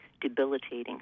debilitating